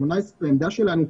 העמדה שלנו,